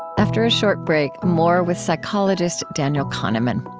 after a short break, more with psychologist daniel kahneman.